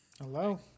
Hello